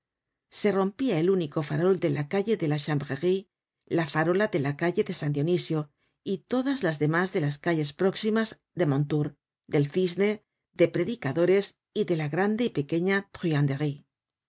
se rompia el único farol de la calle de la chanvrerie la farola de la calle de san dionisio y todas las demás de las calles próximas de mondetour del cisne de predicadores y de la grande y pequeña